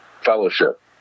fellowship